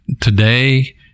today